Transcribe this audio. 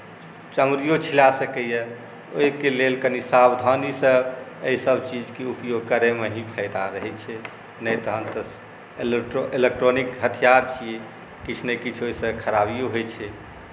चाँगुरियो छिला सकैए ओहिके लेल कनि सावधानीसँ एहिसभ चीजक उपयोग करैमे ही फायदा रहैत छै नहि तहन तऽ इलेक्ट्रॉनिक हथियार छियै किछु ने किछु ओहिसँ खराबिओ होइत छै